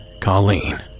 Colleen